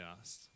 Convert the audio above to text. asked